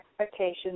expectations